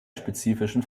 spezifischen